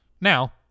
now